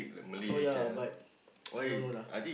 oh yea but I don't know lah